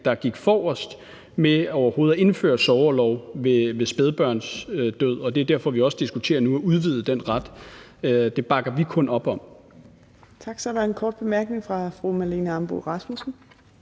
der gik forrest med overhovedet at indføre sorgorlov ved spædbørns død, og det er også derfor, vi nu diskuterer at udvide den ret. Det bakker vi kun op om.